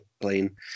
playing